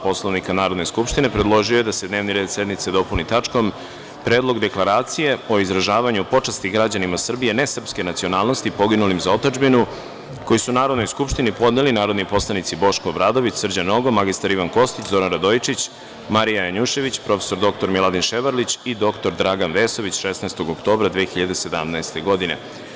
Poslovnika Narodne skupštine, predložio je da se dnevni red sednice dopuni tačkom – Predlog deklaracije o izražavanju počasti građanima Srbije nesrpske nacionalnosti poginulim za otadžbinu, koji su Narodnoj skupštini podneli narodni poslanici Boško Obradović, Srđan Nogo, mr Ivan Kostić, Zoran Radojičić, Marija Janjušević, prof. dr Miladin Ševarlić i dr Dragan Vesović, 16. oktobra 2017. godine.